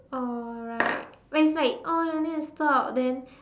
alright but it's like oh you need to stop then